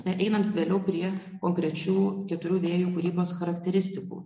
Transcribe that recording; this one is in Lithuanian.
na einant vėliau prie konkrečių keturių vėjų kūrybos charakteristikų